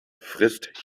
frisst